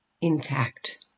intact